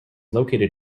located